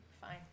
fine